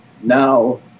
Now